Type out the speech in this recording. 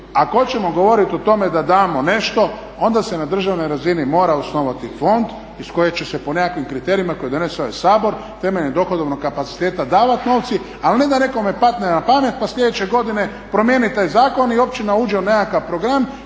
ako hoćemo govoriti o tome da damo nešto onda se na državnoj razini mora osnovati fond iz kojeg će se po nekakvim kriterijima koje donese ovaj Sabor temeljem dohodovnog kapaciteta davati novci, ali ne da nekome padne na pamet, pa sljedeće godine promijeni taj zakon i općina uđe u nekakav program